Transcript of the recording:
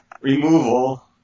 Removal